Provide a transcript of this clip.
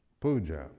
puja